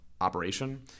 operation